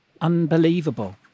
Unbelievable